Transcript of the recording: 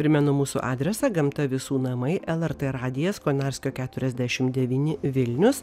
primenu mūsų adresą gamta visų namai lrt radijas konarskio keturiasdešim devyni vilnius